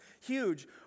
huge